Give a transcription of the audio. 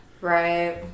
Right